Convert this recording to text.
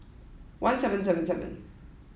one seven seven seven